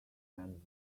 and